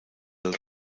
del